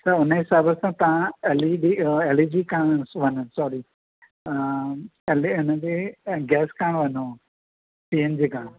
त उन हिसाब सां तव्हां L E B L E G खां वन सौरी हले या नंढे गैस कार वञो सी एन जी कार